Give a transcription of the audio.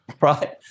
right